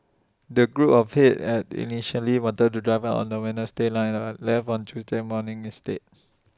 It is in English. the group of eight had initially wanted to drive up on the Wednesday night left on Thursday morning instead